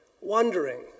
wondering